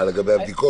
לגבי הבדיקות?